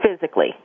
physically